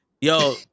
Yo